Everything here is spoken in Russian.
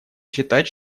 считать